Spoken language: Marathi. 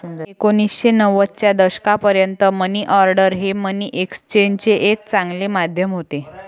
एकोणीसशे नव्वदच्या दशकापर्यंत मनी ऑर्डर हे मनी एक्सचेंजचे एक चांगले माध्यम होते